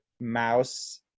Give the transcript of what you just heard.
mouse